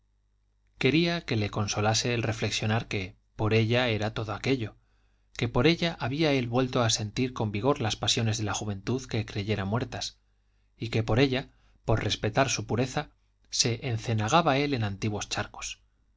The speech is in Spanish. quería que le consolase el reflexionar que por ella era todo aquello que por ella había él vuelto a sentir con vigor las pasiones de la juventud que creyera muertas y que por ella por respetar su pureza se encenagaba él en antiguos charcos